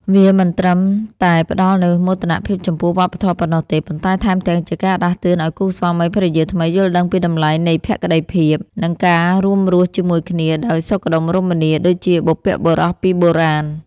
វាមិនត្រឹមតែផ្តល់នូវមោទនភាពចំពោះវប្បធម៌ប៉ុណ្ណោះទេ ប៉ុន្តែថែមទាំងជាការដាស់តឿនឱ្យគូស្វាមីភរិយាថ្មីយល់ដឹងពីតម្លៃនៃភក្តីភាព និងការរួមរស់ជាមួយគ្នាដោយសុខដុមរមនាដូចជាបុព្វបុរសពីបុរាណ។